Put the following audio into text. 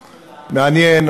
מעניין,